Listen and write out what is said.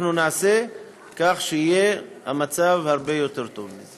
אנחנו נעשה כך שיהיה מצב הרבה יותר טוב.